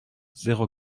zéro